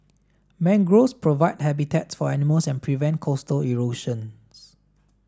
mangroves provide habitats for animals and prevent coastal erosions